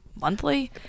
monthly